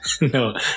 No